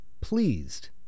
pleased